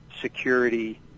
security